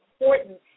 important